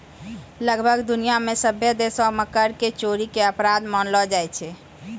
लगभग दुनिया मे सभ्भे देशो मे कर के चोरी के अपराध मानलो जाय छै